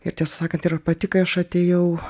ir tiesą sakant yra pati kai aš atėjau